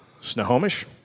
Snohomish